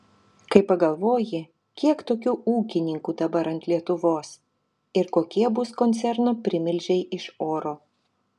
kai pagalvoji kiek tokių ūkininkų dabar ant lietuvos ir kokie bus koncerno primilžiai iš oro